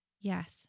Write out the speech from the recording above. Yes